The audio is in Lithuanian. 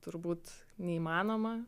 turbūt neįmanoma